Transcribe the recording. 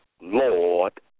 Lord